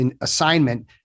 assignment